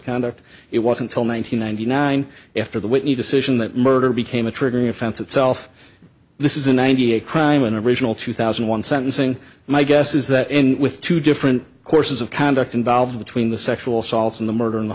conduct it wasn't till one thousand nine hundred nine after the whitney decision that murder became a triggering offense itself this is a ninety eight crime and original two thousand one sentencing my guess is that in with two different courses of conduct involved between the sexual assaults in the murder and the